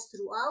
throughout